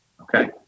Okay